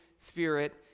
Spirit